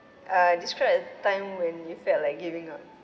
uh describe a time when you felt like giving up